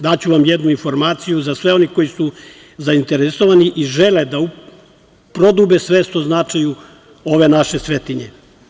Daću vam jednu informaciju, a za sve one koji su zainteresovani i žele da prodube svest o značaju ove naše svetinje.